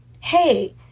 Hey